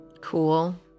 Cool